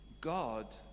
God